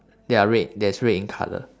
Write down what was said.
they're red that's red in colour